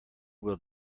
will